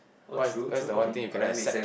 oh true true okay oh that make sense